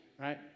right